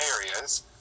areas